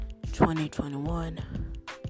2021